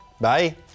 Bye